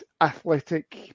athletic